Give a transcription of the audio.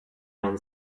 man